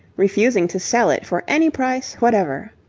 refusing to sell it for any price whatever.